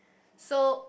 so